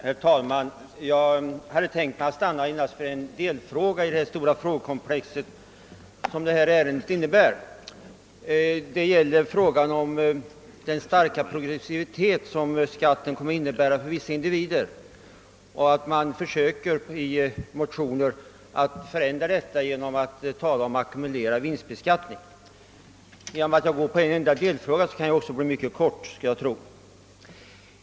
Herr talman! Jag hade tänkt att endast ta upp en delfråga i detta stora frågekomplex, nämligen spörsmålet om den starka progressivitet som skatten kommer att innebära för vissa människor. I motioner försöker man kringgå detta genom att tala om ackumulerad vinstbeskattning. Då jag tar upp en enda delfråga kan jag fatta mig kort.